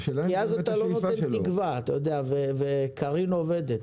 אתה לא נותן תקווה וקארין עובדת.